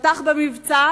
פתח במבצע,